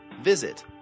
Visit